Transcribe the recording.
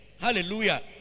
Hallelujah